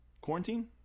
Quarantine